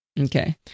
Okay